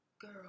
girl